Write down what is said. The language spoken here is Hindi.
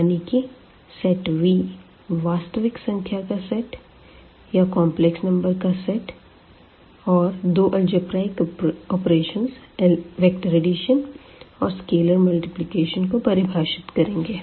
यानी कि सेट V वास्तविक संख्या का सेट या कॉम्प्लेक्स नंबर का सेट और दो अल्जेब्रिक ऑपरेशन वेक्टर अडिशन और स्केलर मल्टीप्लिकेशन को परिभाषित करेंगे